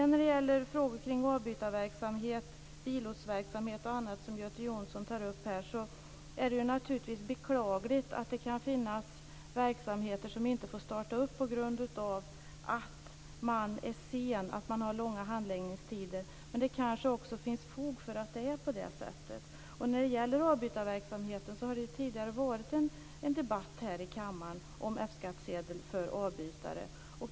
När det gäller frågor kring avbytarverksamhet, billotsverksamhet och annat som Göte Jonsson tar upp här är det naturligtvis beklagligt att det kan finnas verksamheter som inte får starta på grund av att man är sen och har långa handläggningstider. Men det kanske också finns fog för att det är på det sättet. Det har tidigare varit en debatt här i kammaren om avbytarverksamheten och F-skattsedel för avbytare.